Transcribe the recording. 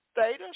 status